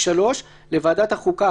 (3) לוועדת החוקה,